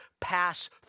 pass